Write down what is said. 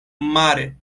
mare